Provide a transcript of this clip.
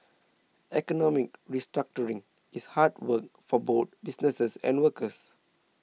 economic restructuring is hard work for both businesses and workers